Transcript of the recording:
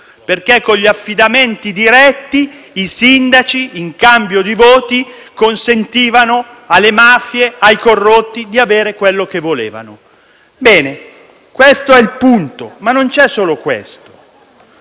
perché, con gli affidamenti diretti, i sindaci, in cambio di voti, consentivano alle mafie e ai corrotti di avere quello che volevano. Ebbene, questo è il punto, ma non c'è solo questo.